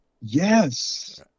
Yes